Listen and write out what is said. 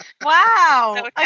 Wow